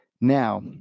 Now